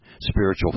spiritual